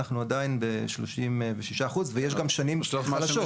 אנחנו עדיין ב-35% ויש גם שנים חלשות.